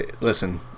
listen